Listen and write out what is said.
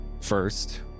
first